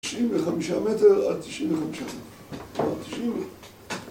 תשעים וחמישה מטר, עד תשעים וחמישה מטר, עד תשעים וחמישה מטר